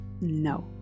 no